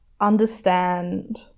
understand